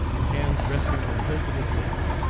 his hands resting on the hilt of his sabre.